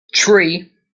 three